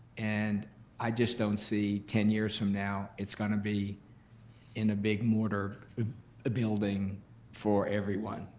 and i just don't see, ten years from now, it's gonna be in a big mortar ah building for everyone.